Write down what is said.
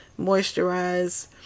moisturize